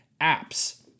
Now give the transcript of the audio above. apps